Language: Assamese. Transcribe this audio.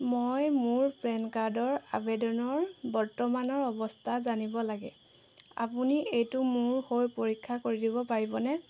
মই মোৰ পেন কাৰ্ডৰ আবেদনৰ বৰ্তমানৰ অৱস্থা জানিব লাগে আপুনি এইটো মোৰ হৈ পৰীক্ষা কৰি দিব পাৰিবনে